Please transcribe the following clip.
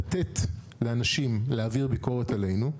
לתת לאנשים להעביר ביקורת עלינו,